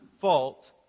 fault